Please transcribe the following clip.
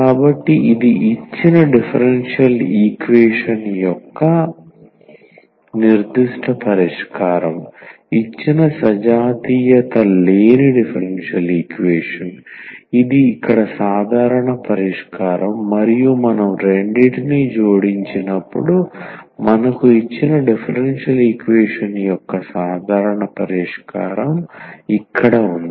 కాబట్టి ఇది ఇచ్చిన డిఫరెన్షియల్ ఈక్వేషన్ యొక్క నిర్దిష్ట పరిష్కారం ఇచ్చిన సజాతీయత లేని డిఫరెన్షియల్ ఈక్వేషన్ ఇది ఇక్కడ సాధారణ పరిష్కారం మరియు మనం రెండింటినీ జోడించినప్పుడు మనకు ఇచ్చిన డిఫరెన్షియల్ ఈక్వేషన్ యొక్క సాధారణ పరిష్కారం ఇక్కడ ఉంది